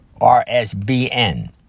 RSBN